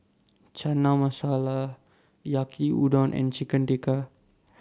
Chana Masala Yaki Udon and Chicken Tikka